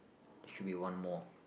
should be one more